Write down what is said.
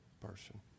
person